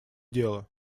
дела